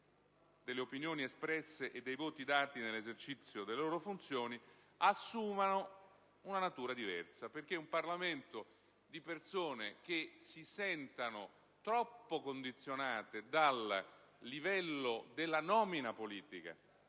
delle opinioni espresse e dei voti dati nell'esercizio delle loro funzioni. Infatti, un Parlamento fatto di persone che si sentono troppo condizionate dal livello della nomina politica,